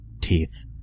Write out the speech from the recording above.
teeth